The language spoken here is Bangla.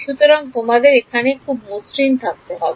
সুতরাং তোমাদের এখানে খুব মসৃণ থাকতে হবে